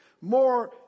more